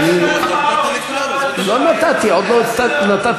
חבר הכנסת יוסף ג'בארין, אנא ממך.